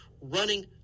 running